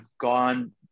gone